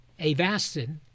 Avastin